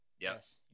Yes